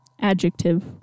Adjective